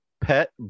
pet